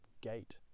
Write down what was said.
gate